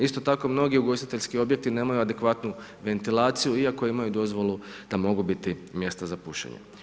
Isto tako mnogi ugostiteljski objekt nemaju adekvatno ventilaciju, iako imaju dozvolu da mogu biti mjesta za pušenje.